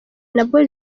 nabwo